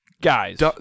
guys